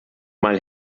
mal